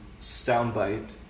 soundbite